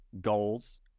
goals